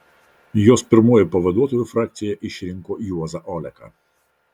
jos pirmuoju pavaduotoju frakcija išrinko juozą oleką